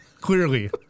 Clearly